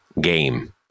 game